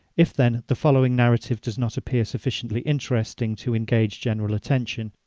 if then the following narrative does not appear sufficiently interesting to engage general attention,